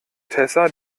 tessa